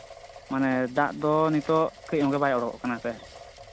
ᱢᱟᱱᱮ ᱫᱟᱜ ᱫᱚ ᱱᱤᱛᱚᱜ ᱠᱟᱹᱡ ᱦᱚᱸ ᱜᱮ ᱵᱟᱭ ᱚᱰᱳᱠᱚᱜ ᱠᱟᱱᱟ ᱥᱮ